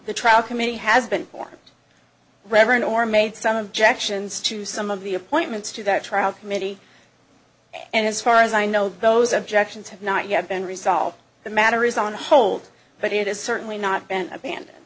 the trial committee has been formed reverend or made some objections to some of the appointments to that trial committee and as far as i know those objections have not yet been resolved the matter is on hold but it is certainly not been